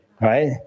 right